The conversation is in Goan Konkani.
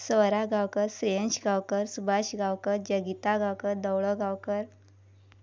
स्वरा गांवकर श्रेयंश गांवकर सुभाश गांवकर जगिता गांवकर धवळो गांवकर